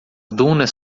dunas